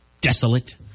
desolate